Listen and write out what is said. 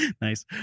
nice